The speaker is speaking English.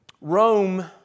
Rome